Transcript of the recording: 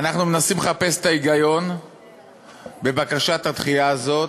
אנחנו מנסים לחפש את ההיגיון בבקשת הדחייה הזאת.